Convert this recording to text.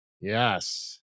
yes